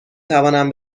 توانم